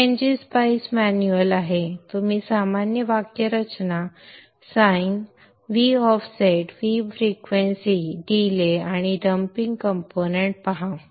हे NG spice manual आहे तुम्ही सामान्य वाक्यरचना sine V offset V frequency delay आणि डॅम्पिंग कंपोनेंट्सपहा